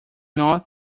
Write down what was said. not